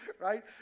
right